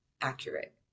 accurate